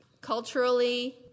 culturally